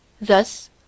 thus